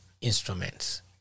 instruments